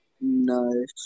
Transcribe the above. Nice